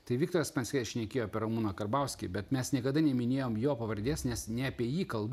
tai viktoras pranskie šnekėjo apie ramūną karbauskį bet mes niekada neminėjom jo pavardės nes ne apie jį kalba